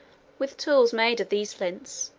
with tools made of these flints,